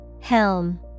Helm